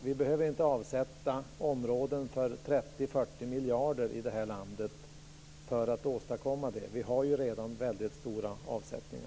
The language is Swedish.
Vi behöver inte avsätta områden för 30 40 miljarder i det här landet för att åstadkomma det. Vi har redan väldigt stora avsättningar.